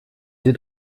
sie